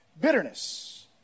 Bitterness